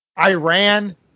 Iran